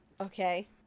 Okay